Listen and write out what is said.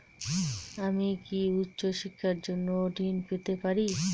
আমি কি উচ্চ শিক্ষার জন্য ঋণ পেতে পারি?